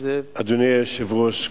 אדוני היושב-ראש,